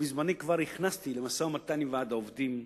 בזמני כבר נכנסתי למשא-ומתן עם ועד העובדים,